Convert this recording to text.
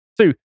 Two